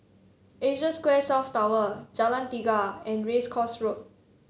Asia Square South Tower Jalan Tiga and Race Course Road